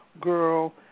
girl